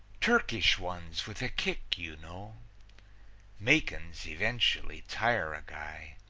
turkish ones, with a kick, you know makin's eventually tire a guy.